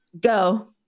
go